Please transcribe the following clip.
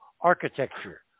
architecture